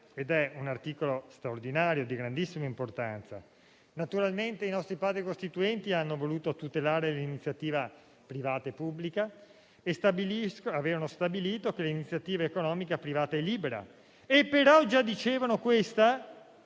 ed è straordinario e di grandissima importanza. I nostri Padri costituenti hanno voluto tutelare l'iniziativa privata e pubblica e avevano stabilito che l'iniziativa economica privata è libera, ma già dicevano che